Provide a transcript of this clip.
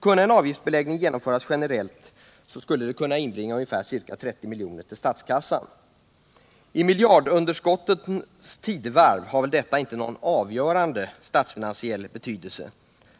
Om avgiftsbeläggning kunde genomföras generellt skulle det kunna inbringa ca 30 milj.kr. till statskassan. I miljardunderskottens tidevarv har väl detta inte någon avgörande statsfinansiell betydelse,